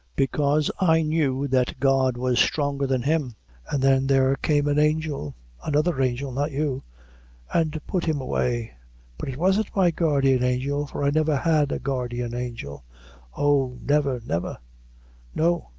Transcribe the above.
because i knew that god was stronger than him and then there came an angel another angel, not you and put him away but it wasn't my guardian angel for i never had a guardian angel oh, never, never no,